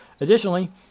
Additionally